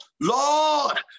Lord